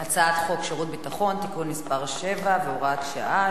הצעת חוק שירות ביטחון (תיקון מס' 7 והוראת שעה)